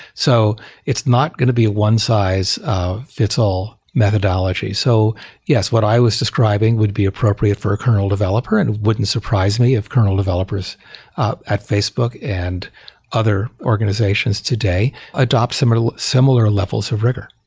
so it's not going to be a one size fits all methodology. so yes, what i was describing, would be appropriate for kernel developer and wouldn't surprise me if kernel developers at facebook and other organizations today adopt similar similar levels of rigor.